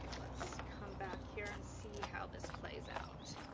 let's come back here and see how this plays out.